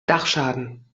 dachschaden